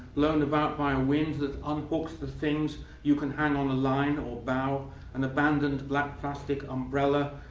blown about by ah wind that unhooks the things you can hang on a line or bough an abandoned black plastic umbrella,